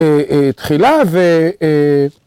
‫תחילה ו...